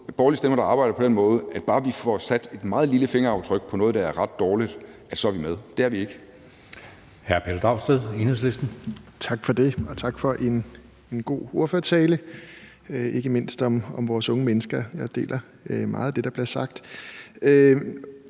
borgerlige stemmer, der arbejder på den måde, at bare vi får sat et meget lille fingeraftryk på noget, der er ret dårligt, så er vi med. Det er vi ikke. Kl. 11:33 Anden næstformand (Jeppe Søe): Hr. Pelle Dragsted, Enhedslisten. Kl. 11:33 Pelle Dragsted (EL): Tak for det, og tak for en god ordførertale, ikke mindst om vores unge mennesker. Jeg deler meget det, der blev sagt.